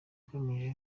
agamije